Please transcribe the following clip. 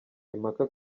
impaka